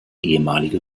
ehemalige